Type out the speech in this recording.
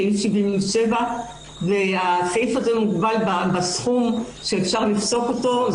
סעיף 77. הסעיף הזה מוגבל בסכום שאפשר לפסוק אותו.